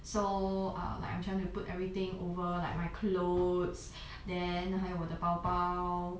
so err like I'm trying to put everything over like my clothes then 还有我的包包